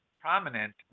prominent